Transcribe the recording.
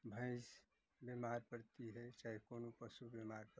भैंस बीमार पड़ती है चाहे कोनो पशु बीमार पड़ता है